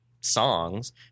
songs